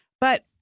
But-